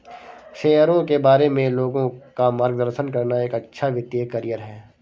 शेयरों के बारे में लोगों का मार्गदर्शन करना एक अच्छा वित्तीय करियर है